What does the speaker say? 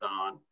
on